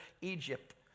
Egypt